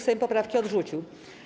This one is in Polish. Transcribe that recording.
Sejm poprawki odrzucił.